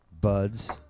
Buds